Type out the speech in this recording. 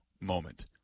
moment